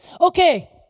Okay